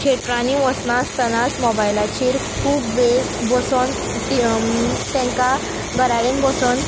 थेटरांनी वोसनासतानाच मॉबायलाचेर खूब वेळ बसोन टी तेंकां घराडेन बोसोन